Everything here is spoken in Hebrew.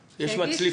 אחת,